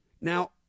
Now